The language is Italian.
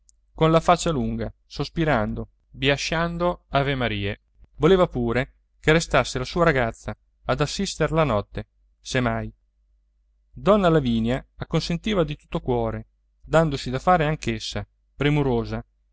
con la faccia lunga sospirando biasciando avemarie voleva pure che restasse la sua ragazza ad assistere la notte se mai donna lavinia acconsentiva di tutto cuore dandosi da fare anche essa premurosa